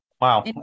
Wow